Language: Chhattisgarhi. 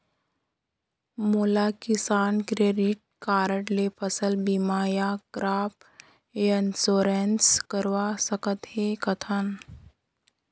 मोला किसान क्रेडिट कारड ले फसल बीमा या क्रॉप इंश्योरेंस करवा सकथ हे कतना?